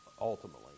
ultimately